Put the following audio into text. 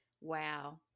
Wow